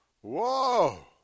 whoa